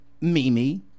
Mimi